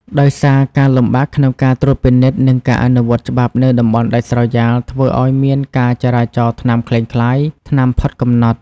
ដោយសារការលំបាកក្នុងការត្រួតពិនិត្យ និងការអនុវត្តច្បាប់នៅតំបន់ដាច់ស្រយាល ធ្វើឱ្យមានការចរាចរណ៍ថ្នាំក្លែងក្លាយ ថ្នាំផុតកំណត់ ។